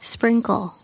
Sprinkle